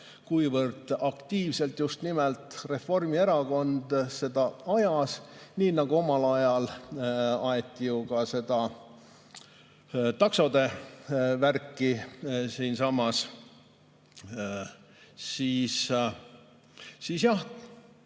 kuivõrd aktiivselt just nimelt Reformierakond seda ajas, nii nagu omal ajal aeti ju ka seda taksode värki siinsamas, siis jah,